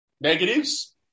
negatives